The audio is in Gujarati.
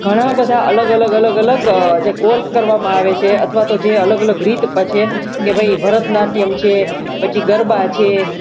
ઘણા બધા અલગ અલગ અલગ અલગ જે કોર્સ કરવામાં આવે છે અથવા તો જે અલગ અલગ રીત છે એ ભરતનાટ્યમ છે પછી ગરબા છે